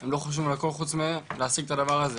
הם לא חושבים על הכל חוץ מלהשיג את הדבר הזה.